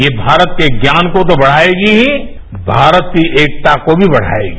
ये भारत के ज्ञानका तो बढ़ाएगी ही भारत की एकता को भी बढ़ाएगी